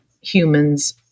humans